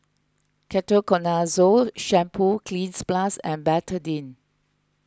Ketoconazole Shampoo Cleanz Plus and Betadine